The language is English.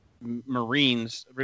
Marines